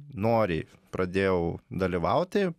noriai pradėjau dalyvauti